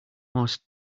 most